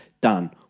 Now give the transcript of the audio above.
done